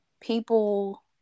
people